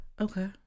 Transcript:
Okay